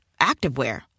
activewear